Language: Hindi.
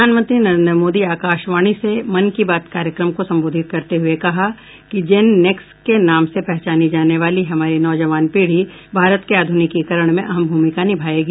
प्रधानमंत्री नरेन्द्र मोदी आकाशवाणी से मन की बात कार्यक्रम को संबोधित करते हुये कहा कि जेन नेक्स के नाम से पहचानी जाने वाली हमारी नौजवान पीढ़ी भारत के आध्रनिकीकरण में अहम भूमिका निभाएगी